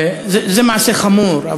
זה מעשה חמור,